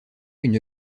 une